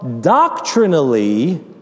doctrinally